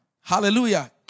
Hallelujah